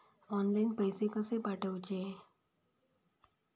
Online पैसे कशे पाठवचे?